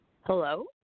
Hello